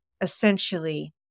essentially